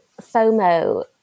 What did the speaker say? FOMO